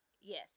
Yes